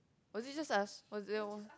was it just like a was it